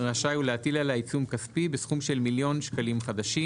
רשאי הוא להטיל עליה עיצום כספי בסכום של מיליון שקלים חדשים.